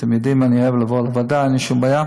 אתם יודעים שאני אוהב לבוא לוועדה, ואני שומע.